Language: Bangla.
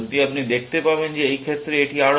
আপনি দেখতে পাবেন যে এই ক্ষেত্রে এটি আরও ভাল